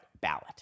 ballot